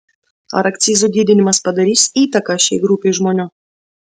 ar akcizų didinimas padarys įtaką šiai grupei žmonių